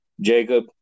Jacob